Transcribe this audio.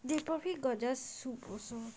they probably got just super song